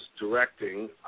directing